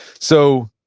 so,